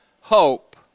hope